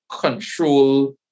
control